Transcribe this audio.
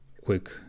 quick